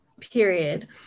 period